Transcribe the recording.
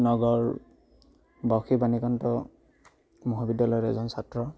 নগৰবাসী বাণীকান্ত মহাবিদ্যালয়ৰ এজন ছাত্ৰ